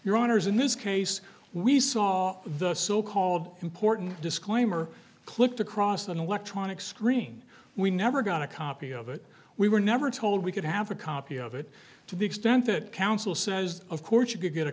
your honour's in this case we saw the so called important disclaimer clicked across on the electronic screen we never got a copy of it we were never told we could have a copy of it to the extent that council says of course you could get a